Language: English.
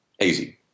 easy